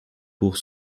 pour